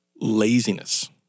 laziness